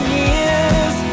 years